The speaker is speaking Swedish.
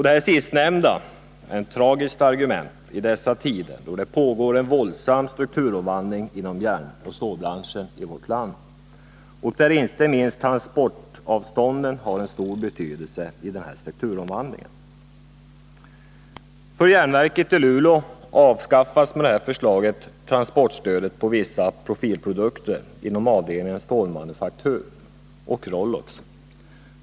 Det sistnämnda är ett tragiskt argument i dessa tider då det pågår en våldsam strukturomvandling inom järnoch stålbranschen i vårt land och då inte minst transportavstånden har en stor betydelse i den strukturomvandlingen. För järnverket i Luleå avskaffas med det här förslaget transportstödet för vissa profilprodukter inom avdelningen stålmanufaktur och Rollox.